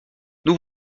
nous